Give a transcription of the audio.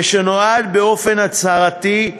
ושנועד באופן הצהרתי,